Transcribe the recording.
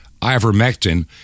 ivermectin